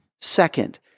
Second